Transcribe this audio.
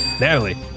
Natalie